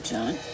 John